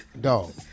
dog